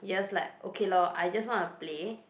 you just like okay lor I just want to play